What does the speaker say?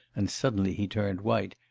and suddenly he turned white,